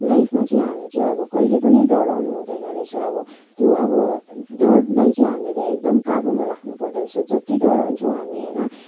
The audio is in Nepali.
लाइफमा चाहिँ हामी चाहिँ अब कहिले पनि डराउनु हुँदैन रहेछ अब त्यो अब डरलाई चाहिँ हामीले एकदम काबुमा राख्नुपर्दो रहेछ जति डराउँछौँ हामी होइन